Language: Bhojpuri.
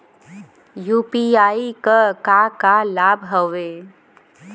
यू.पी.आई क का का लाभ हव?